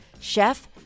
chef